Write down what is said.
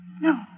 No